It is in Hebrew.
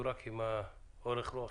תרתי משמע פה אחד.